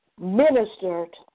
ministered